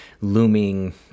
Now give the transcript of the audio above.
looming